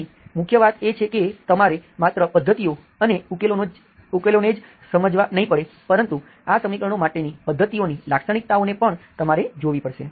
અહીં મુખ્ય વાત એ છે કે તમારે માત્ર પદ્ધતિઓ અને ઉકેલોને જ સમજવા નહીં પડે પરંતુ આ સમીકરણો માટેની પદ્ધતિઓની લાક્ષણિકતાઓ ને પણ તમારે જોવી પડશે